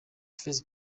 first